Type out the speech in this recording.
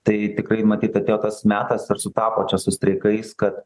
tai tikrai matyt atėjo tas metas ir sutapo čia su streikais kad